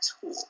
tool